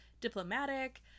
diplomatic